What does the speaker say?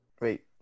Wait